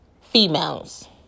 females